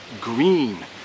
green